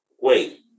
wait